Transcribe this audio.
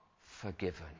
forgiven